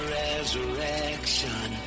resurrection